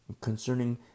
Concerning